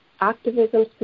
activism